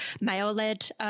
male-led